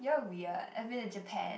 you're weird I've been to Japan